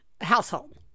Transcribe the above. household